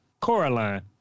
Coraline